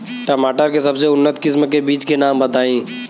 टमाटर के सबसे उन्नत किस्म के बिज के नाम बताई?